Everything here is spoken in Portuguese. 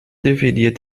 deveria